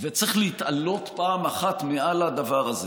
וצריך להתעלות פעם אחת מעל הדבר הזה.